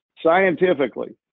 Scientifically